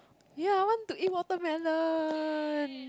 ye I want to eat watermelon